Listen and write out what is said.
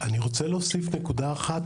אני רוצה להוסיף נקודה אחת,